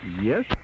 yes